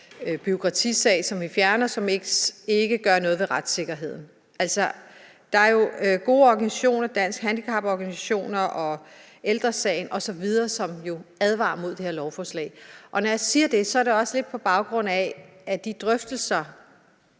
organisationer advarer mod lovforslaget. Der er jo gode organisationer, Danske Handicaporganisationer, Ældre Sagen osv., som advarer mod det her lovforslag. Når jeg siger det, er det også lidt på baggrund af de drøftelser,